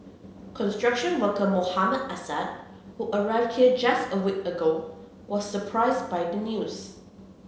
construction worker Mohammad Assad who arrived here just a week ago was surprised by the news